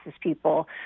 people